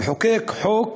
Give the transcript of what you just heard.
לחוקק חוק